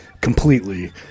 completely